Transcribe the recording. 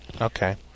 Okay